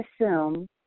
assume